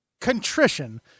contrition